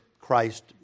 Christ